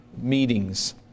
meetings